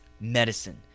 medicine